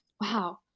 wow